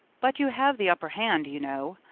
but you have the upper hand, you know,